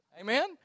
Amen